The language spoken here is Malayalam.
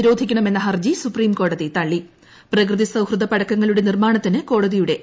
നിരോധിക്കണമെന്ന ഹർജി സുപ്രീംകോടതി തള്ളി പ്രകൃതി സൌഹൃദ പടക്കങ്ങളുടെ നിർമ്മാണത്തിന് കോടതിയുടെ അനുമതി